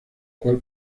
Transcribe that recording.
cual